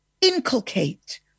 inculcate